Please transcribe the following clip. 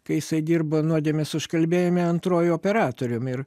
kai jisai dirbo nuodėmės užkalbėjime antruoju operatorium ir